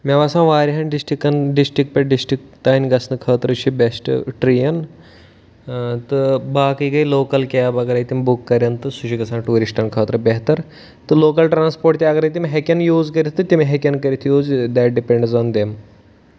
مےٚ باسان واریاہَن ڈِسٹرٛکَن ڈِسٹرٛک پٮ۪ٹھ ڈِسٹرک تام گژھنہٕ خٲطرٕ چھِ بیسٹ ٹرٛین تہٕ باقٕے گٔے لوکَل کیب اگرَے تِم بُک کَرن تہٕ سُہ چھِ گژھان ٹوٗرِسٹَن خٲطرٕ بہتَر تہٕ لوکَل ٹرٛانَسپوٹ تہِ اَگَرے تِم ہیٚکیٚن یوٗز کٔرِتھ تہٕ تِم ہیٚکیٚن کٔرِتھ use that depends on them